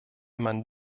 man